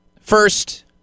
First